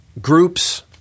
groups